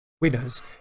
winners